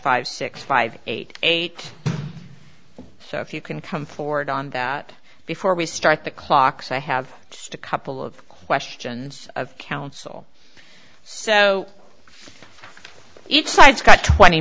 five six five eight eight so if you can come forward on that before we start the clock so i have just a couple of questions of counsel so each side got twenty